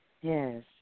Yes